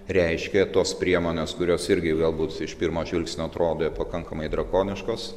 reiškia tos priemonės kurios irgi galbūt iš pirmo žvilgsnio atrodė pakankamai drakoniškos